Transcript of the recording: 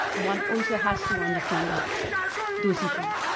one also has to understand those issues.